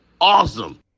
awesome